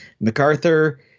MacArthur